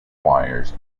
choirs